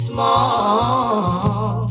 Small